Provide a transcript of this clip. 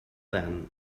then